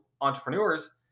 entrepreneurs